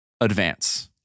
advance